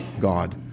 God